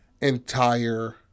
entire